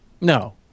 No